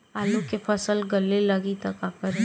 आलू के फ़सल गले लागी त का करी?